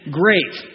great